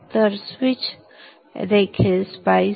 तर switch देखील spice